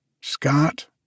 Scott